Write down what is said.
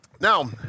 Now